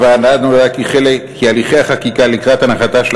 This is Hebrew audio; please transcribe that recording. לוועדה נודע כי הליכי החקיקה לקראת הנחתה של